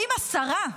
האם השרה,